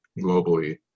globally